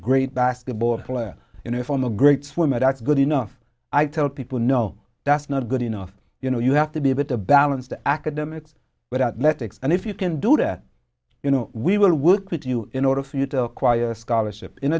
great basketball player you know from a great swimmer that's good enough i tell people no that's not good enough you know you have to be able to balance the academics without metrics and if you can do that you know we were would quit you in order for you to acquire a scholarship in